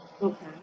Okay